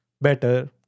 Better